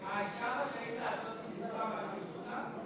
מה, אישה רשאית לעשות עם גופה מה שהיא רוצה?